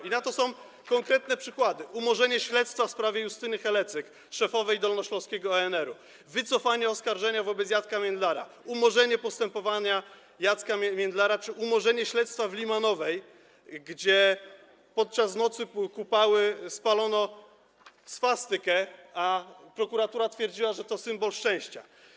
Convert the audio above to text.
Są na to konkretne przykłady: umorzenie śledztwa w sprawie Justyny Helcyk, szefowej dolnośląskiego ONR-u, wycofanie oskarżenia wobec Jacka Międlara, umorzenie postępowania dotyczącego Jacka Międlara czy umorzenie śledztwa w Limanowej, gdzie podczas Nocy Kupały spalono swastykę, a prokuratura twierdziła, że to symbol szczęścia.